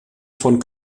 von